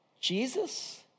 Jesus